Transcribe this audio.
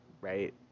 right